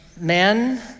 men